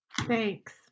Thanks